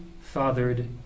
fathered